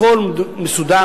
הכול מסודר,